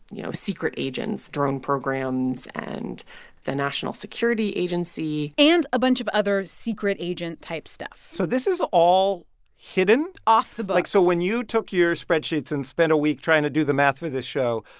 you know, secret agents, drone programs and the national security agency and a bunch of other secret agent-type stuff so this is all hidden? off the books but like so when you took your spreadsheets and spent a week trying to do the math for this show,